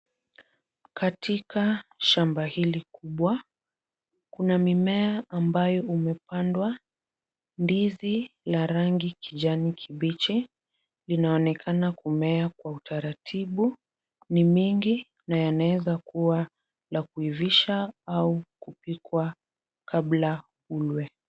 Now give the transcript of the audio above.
Katika shamba hili kubwa, kuna mimea ambayo umepandwa, ndizi la rangi kijani kibichi linaonekana kumea kwa utaratibu. Ni mingi na yanaweza kua la kuivisha au kupikwa kabla ulwe.